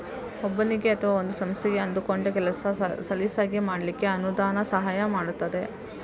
ಒಬ್ಬನಿಗೆ ಅಥವಾ ಒಂದು ಸಂಸ್ಥೆಗೆ ಅಂದುಕೊಂಡ ಕೆಲಸ ಸಲೀಸಾಗಿ ಮಾಡ್ಲಿಕ್ಕೆ ಅನುದಾನ ಸಹಾಯ ಮಾಡ್ತದೆ